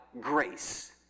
grace